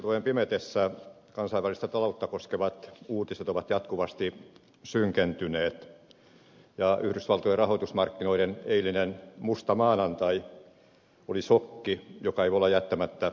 syysiltojen pimetessä kansainvälistä taloutta koskevat uutiset ovat jatkuvasti synkentyneet ja yhdysvaltojen rahoitusmarkkinoiden eilinen musta maanantai oli sokki joka ei voi olla jättämättä jälkiään